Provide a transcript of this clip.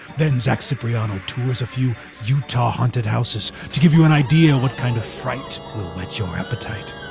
then zach cipriano tours a few utah haunted houses to give you an idea what kind of fright will whet your appetite.